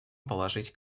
положить